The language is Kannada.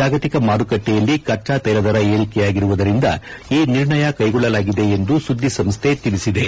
ಜಾಗತಿಕ ಮಾರುಕಟ್ನೆಯಲ್ಲಿ ಕಚ್ಡಾ ತೈಲ ದರ ಏರಿಕೆಯಾಗಿರುವುದರಿಂದ ಈ ನಿರ್ಣಯ ಕೈಗೊಳ್ಳಲಾಗಿದೆ ಎಂದು ಸುದ್ನಿಸಂಸ್ಥೆ ತಿಳಿಸಿದೆ